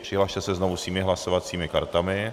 Přihlaste se znovu svými hlasovacími kartami.